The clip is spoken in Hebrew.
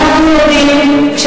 מירי, המקום שלך באופוזיציה.